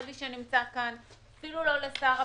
לוי שנמצא כאן, אפילו לא לשר הבריאות,